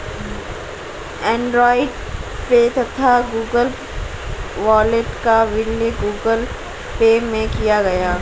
Android Pay तथा Google Wallet का विलय गूगल पे में किया गया